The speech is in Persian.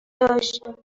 داشت